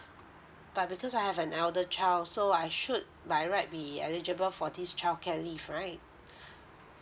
but because I have an elder child so I should by right be eligible for this childcare leave right